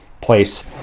place